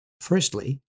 Firstly